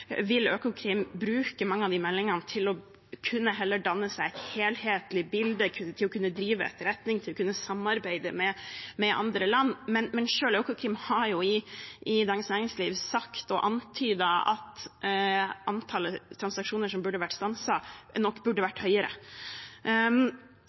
vil Økokrim bruke mange av de meldingene til heller å kunne danne seg et helhetlig bilde, til å kunne drive etterretning, til å kunne samarbeide med andre land, men selv Økokrim har jo i Dagens Næringsliv sagt og antydet at antallet transaksjoner som burde vært stanset, nok burde